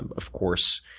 of course,